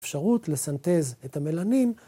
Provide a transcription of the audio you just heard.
אפשרות לסנטז את המלנין